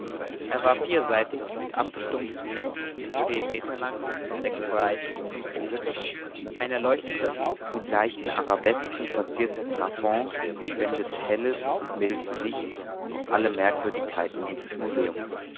er war vierseitig mit abgestumpften ecken zehn meter lang sechs breit fünf hoch ein erleuchteter mit leichten arabesken verzierter plafond spendete helles und mildes licht auf alle merkwürdigkeiten dieses museums